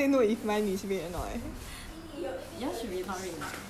yours should be not red lah you put your phone so